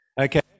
Okay